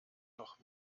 noch